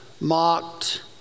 mocked